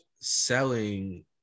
selling